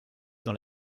dans